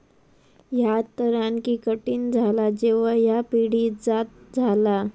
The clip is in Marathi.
ह्या तर आणखी कठीण झाला जेव्हा ह्या पिढीजात झाला